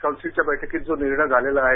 कांउसिलच्या बैठकीत जो निर्णय झाला आहे